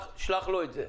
שלח לו את זה.